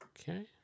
Okay